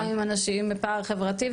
וגם עם אנשים בפער חברתי,